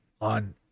on